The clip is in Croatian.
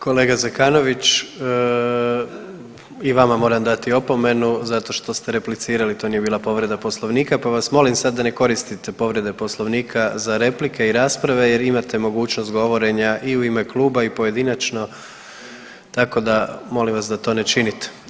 Kolega Zekanović, i vama moram dati opomenu zato što ste replicirali, to nije bila povreda Poslovnika, pa vas molim sad da ne koristite povrede Poslovnika za replike i rasprave jer imate mogućnost govorenja i u ime kluba i pojedinačno tako da molim vas da to ne činite.